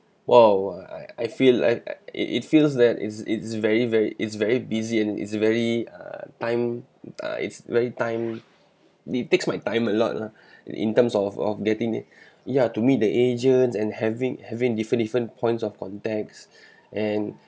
!wow! I I feel like it it feels that it's it's very very it's very busy and it's very err time it's very time it takes my time a lot lah in terms of of getting ya to meet the agents and having having different different points of contacts and